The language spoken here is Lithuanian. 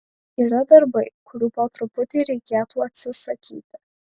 yra darbai kurių po truputį reikėtų atsisakyti